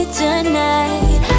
tonight